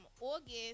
August